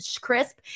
crisp